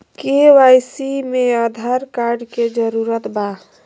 KYC में Aadhaar card के जरूरत बा?